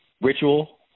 ritual